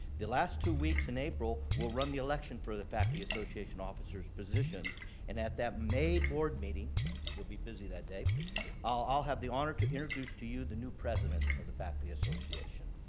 the last two weeks in april we'll run the election for the faculty association officers positions and at that may board meeting you'll be busy that day i'll have the honor to introduce to you the new president of the faculty association.